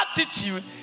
attitude